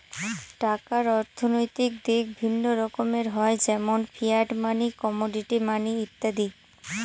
টাকার অর্থনৈতিক দিক বিভিন্ন রকমের হয় যেমন ফিয়াট মানি, কমোডিটি মানি ইত্যাদি